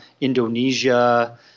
Indonesia